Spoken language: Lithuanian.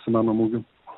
meno mugių